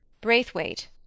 Braithwaite